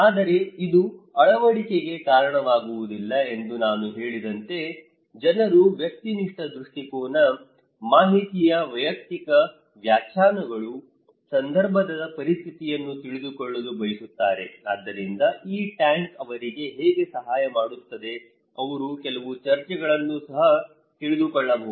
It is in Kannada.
ಆದರೆ ಇದು ಅಳವಡಿಕೆಗೆ ಕಾರಣವಾಗುವುದಿಲ್ಲ ಎಂದು ನಾನು ಹೇಳಿದಂತೆ ಜನರು ವ್ಯಕ್ತಿನಿಷ್ಠ ದೃಷ್ಟಿಕೋನ ಮಾಹಿತಿಯ ವೈಯಕ್ತಿಕ ವ್ಯಾಖ್ಯಾನಗಳು ಸಂದರ್ಭದ ಪರಿಸ್ಥಿತಿಯನ್ನು ತಿಳಿದುಕೊಳ್ಳಲು ಬಯಸುತ್ತಾರೆ ಆದ್ದರಿಂದ ಈ ಟ್ಯಾಂಕ್ ಅವರಿಗೆ ಹೇಗೆ ಸಹಾಯ ಮಾಡುತ್ತದೆ ಅವರು ಕೆಲವು ಚರ್ಚೆಗಳನ್ನು ಸಹ ತಿಳಿದುಕೊಳ್ಳಬೇಕು